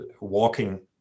walking